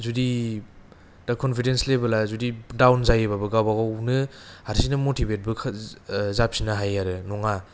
जुदि दा कन्फिदेन्स लेभेला जुदि दाउन जायोबाबो गावबा गावनो हार्सिंनो मतिभेतबो जाफिन्नो हायो आरो नङा